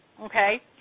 okay